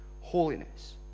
holiness